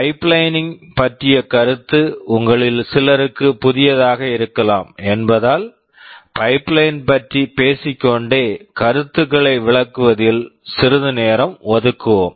pipelining pipelining பற்றிய கருத்து உங்களில் சிலருக்கு புதியதாக இருக்கலாம் என்பதால் பைப்லைன் pipeline பற்றி பேசிக் கொண்டே கருத்துக்களை விளக்குவதில் சிறிது நேரம் ஒதுக்குவோம்